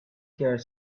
here